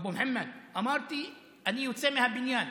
אבו מוחמד, אמרתי: אני יוצא מהבניין.